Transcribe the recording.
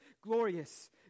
glorious